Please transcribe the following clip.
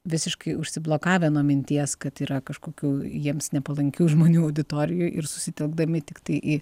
visiškai užsiblokavę nuo minties kad yra kažkokių jiems nepalankių žmonių auditorijoj ir susitelkdami tiktai į